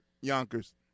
Yonkers